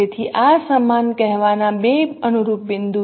તેથી આ સમાન કહેવાના 2 અનુરૂપ બિંદુ છે